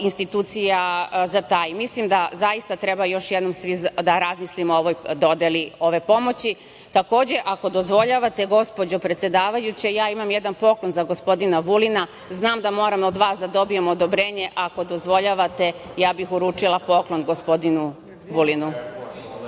institucija zataji. Mislim da zaista treba još jednom svi da razmislimo o dodeli ove pomoći. Ako dozvoljavate, gospođo predsedavajuća, imam jedan poklon za gospodina Vulina, znam da moram od vas da dobijem odobrenje, ako dozvoljavate ja bih uručila poklon gospodinu Vulinu.